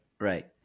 Right